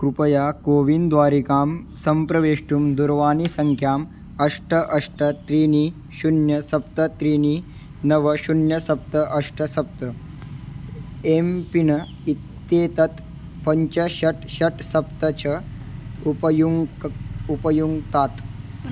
कृपया कोविन् द्वारिकां सम्प्रवेष्टुं दूरवाणीसङ्ख्याम् अष्ट अष्ट त्रीणि शून्यं सप्त त्रीणि नव शून्यं सप्त अष्ट सप्त एम् पिन् इत्येतत् पञ्च षट् षट् सप्त च उपयुङ्क्तात् उपयुङ्क्तात्